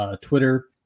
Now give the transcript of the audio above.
Twitter